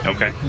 Okay